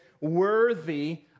worthy